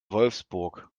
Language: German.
wolfsburg